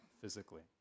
physically